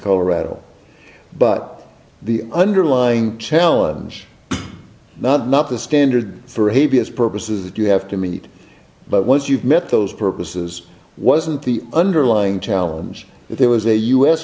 colorado but the underlying challenge not not the standard for a b s purposes that you have to meet but once you've met those purposes wasn't the underlying challenge if there was a u